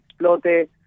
explote